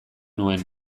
nuen